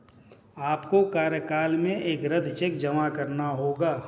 आपको कार्यालय में एक रद्द चेक जमा करना होगा